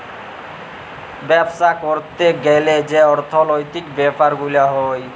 বাপ্সা ক্যরতে গ্যালে যে অর্থলৈতিক ব্যাপার গুলা হ্যয়